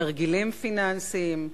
תרגילים פיננסיים,